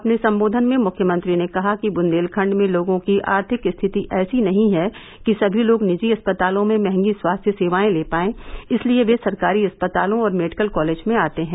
अपने संबोधन में मुख्यमंत्री ने कहा कि बुंदेलखंड में लोगों की आर्थिक स्थिति ऐसी नहीं है कि समी लोग निजी अस्पतालों में महंगी स्वास्थ्य सेवाएं ले पाएं इसलिए वे सरकारी अस्पतालों और मेडिकल कॉलेज में आते हैं